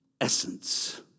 essence